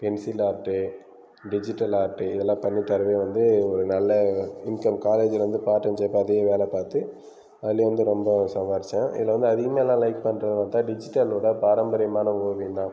pencil art digital art இதெல்லாம் பண்ணி தரது வந்து நல்ல இன்கம் காலேஜில் வந்து பார்ட் டைம் ஜாப் அதே வேலை பார்த்து அதில் வந்து ரொம்ப சம்பாரித்தேன் இதில் வந்து அதிகமாக எல்லாம் லைக் பண்ணுறது பார்த்தா டிஜிட்டல்லோடய பாரம்பரியமான ஓவியம்தான்